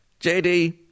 JD